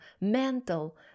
mental